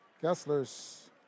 Kessler's